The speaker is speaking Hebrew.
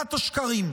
למקהלת השקרים.